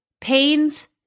pains